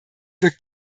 wirkt